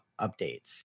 updates